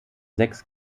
sechs